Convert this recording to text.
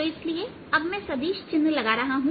तो इसलिए अब मैं सदिश चिन्ह लगा रहा हूं